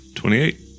Twenty-eight